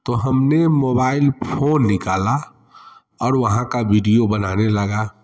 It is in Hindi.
तो हमने मोबाइल फोन निकाला और वहाँ का वीडो बनाने लगा